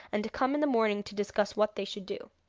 and to come in the morning to discuss what they should do.